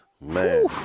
Man